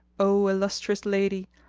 o illustrious lady!